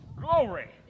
glory